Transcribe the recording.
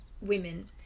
women